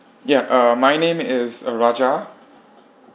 ya uh my name is uh raja